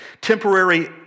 temporary